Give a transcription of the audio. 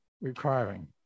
requiring